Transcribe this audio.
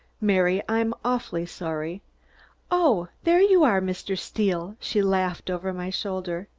mary, i'm awfully sorry oh! there you are, mr. steel, she laughed over my shoulder,